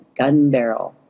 Gunbarrel